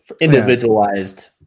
individualized